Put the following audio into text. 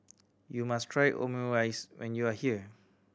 you must try Omurice when you are here